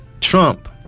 Trump